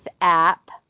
app